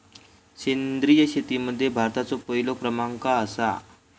सेंद्रिय शेतीमध्ये भारताचो पहिलो क्रमांक आसा